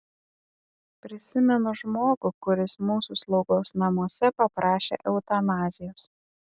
prisimenu žmogų kuris mūsų slaugos namuose paprašė eutanazijos